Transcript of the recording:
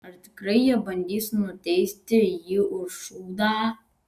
ar tikrai jie bandys nuteisti jį už šūdą